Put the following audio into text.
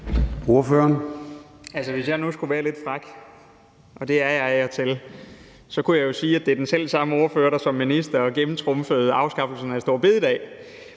Hvis jeg nu skulle være lidt fræk, og det er jeg af og til, så kunne jeg jo sige, at det er den selv samme ordfører, der som minister gennemtrumfede afskaffelsen af store bededag.